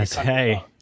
Hey